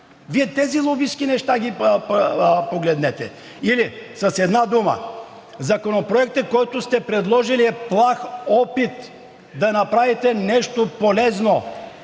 тези лобистки неща. Или с една дума Законопроектът, който сте предложили, е плах опит да направите нещо полезно,